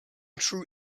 true